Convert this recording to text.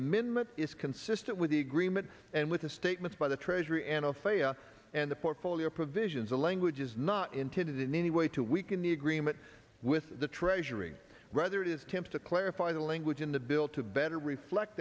amendment is consistent with the agreement and with the statements by the treasury and a failure and the portfolio provisions the language is not intended in any way to weaken the agreement with the treasury rather it is temp to clarify the language in the bill to better reflect